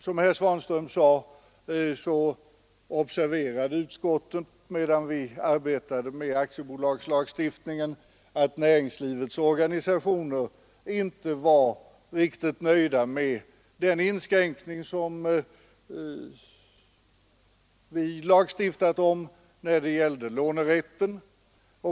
Som herr Svanström sade observerade vi i utskottet medan vi arbetade med aktiebolagslagstiftningen att näringslivets organisationer inte var riktigt nöjda med den inskränkning som vi lagstiftat om när det gällde lånerätten.